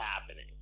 happening